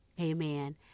amen